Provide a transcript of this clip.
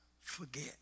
forget